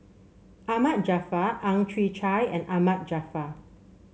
Ahmad Jaafar Ang Chwee Chai and Ahmad Jaafar